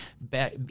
back